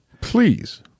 please